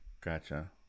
Gotcha